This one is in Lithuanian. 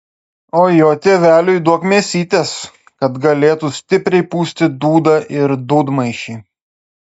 o jo tėveliui duok mėsytės kad galėtų stipriai pūsti dūdą ir dūdmaišį